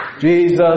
Jesus